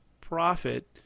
profit